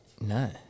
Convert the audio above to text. No